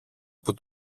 που